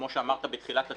כפי שאמרת בתחילת הדרך,